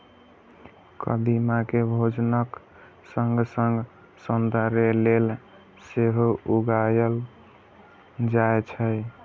कदीमा कें भोजनक संग संग सौंदर्य लेल सेहो उगायल जाए छै